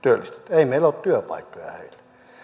ei meillä ole työpaikkoja heille